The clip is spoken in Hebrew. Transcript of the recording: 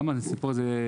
גם על הסיפור הזה,